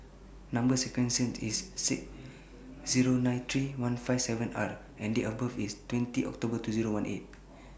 Number sequence IS S six Zero nine three one five seven R and Date of birth IS twenty October two Zero one eight